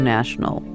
National